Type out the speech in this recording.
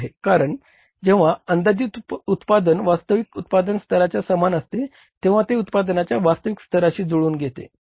कारण जेंव्हा अंदाजित उत्पादन वास्तविक उत्पादन स्तराच्या समान असते तेंव्हा ते उत्पादनाच्या वास्तविक स्तराशी जुळवून घेते